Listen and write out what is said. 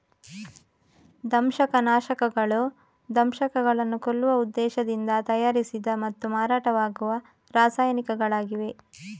ದಂಶಕ ನಾಶಕಗಳು ದಂಶಕಗಳನ್ನು ಕೊಲ್ಲುವ ಉದ್ದೇಶದಿಂದ ತಯಾರಿಸಿದ ಮತ್ತು ಮಾರಾಟವಾಗುವ ರಾಸಾಯನಿಕಗಳಾಗಿವೆ